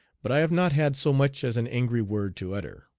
but i have not had so much as an angry word to utter.